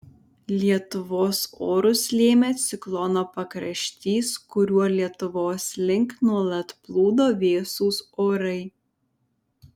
lietuvos orus lėmė ciklono pakraštys kuriuo lietuvos link nuolat plūdo vėsūs orai